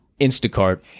Instacart